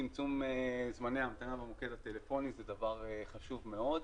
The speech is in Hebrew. צמצום זמני ההמתנה במוקד הטלפוני זה דבר חשוב מאוד.